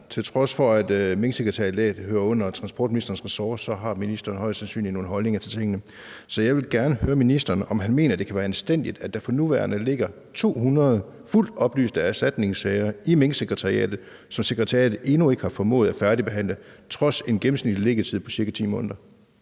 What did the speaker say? Til trods for at Minksekretariatet hører under transportministerens ressort, har ministeren højst sandsynligt nogle holdninger til tingene. Jeg vil gerne høre ministeren, om han mener, det er anstændigt, at der for nuværende ligger 200 fuldt oplyste erstatningssager i Minksekretariatet, som sekretariatet endnu ikke har formået at færdigbehandle trods en gennemsnitlig liggetid på ca. 10 måneder.